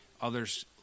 others